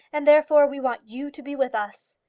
and therefore we want you to be with us.